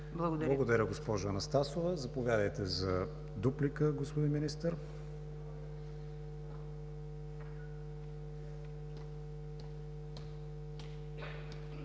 Благодаря, госпожо Анастасова. Заповядайте за дуплика, господин Министър.